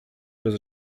bez